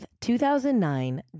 2009